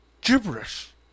gibberish